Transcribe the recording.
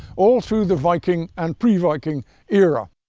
all through the viking and pre-viking era.